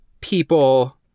people